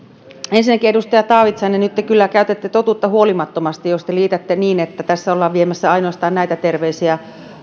ensinnäkin edustaja taavitsainen nyt te kyllä käytätte totuutta huolimattomasti jos te liitätte niin että tässä ollaan viemässä ainoastaan näitä terveisiä